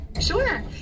Sure